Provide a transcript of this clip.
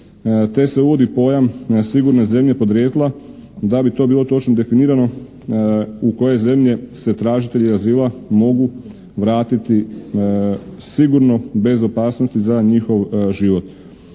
te se uvodi pojam sigurne zemlje podrijetla da bi to bilo točno definirano u koje zemlje se tražitelji azila mogu vratiti sigurno bez opasnosti za njihov život.